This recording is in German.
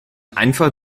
einfach